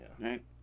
Right